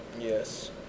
Yes